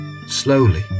slowly